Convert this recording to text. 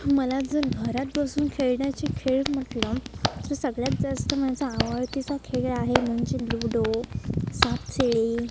मला जर घरात बसून खेळण्याची खेळ म्हटलं तर सगळ्यात जास्त माझा आवडतीचा खेळ आहे म्हणजे लूडो सापशिडी